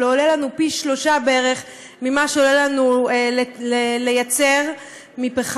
אבל הוא עולה לנו פי-שלושה בערך ממה שעולה לנו לייצר מפחם.